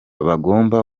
bagomba